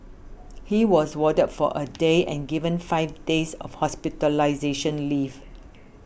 he was warded for a day and given five days of hospitalisation leave